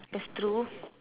that's true